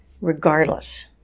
regardless